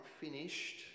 finished